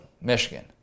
Michigan